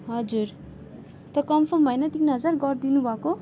हजुर त्यो कन्फर्म होइन तिन हजार गरिदिनु भएको